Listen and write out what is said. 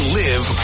live